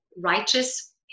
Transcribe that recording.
righteous